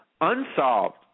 unsolved